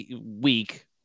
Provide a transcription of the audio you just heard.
week